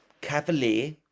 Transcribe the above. cavalier